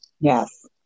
Yes